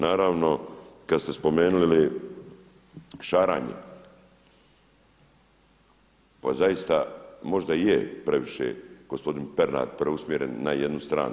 Naravno, kad ste spomenuli šaranje, to zaista možda i je previše gospodin Pernar preusmjeren na jednu stranu.